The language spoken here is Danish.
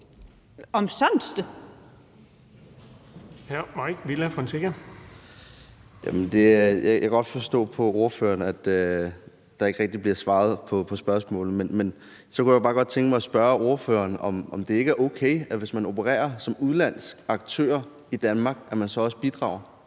Fonseca (M): Jeg kan godt forstå på ordføreren, at der ikke rigtig bliver svaret på spørgsmålet. Men så kunne jeg bare godt tænke mig at spørge ordføreren, om det ikke er okay, hvis man opererer som udenlandsk aktør i Danmark, at man så også bidrager?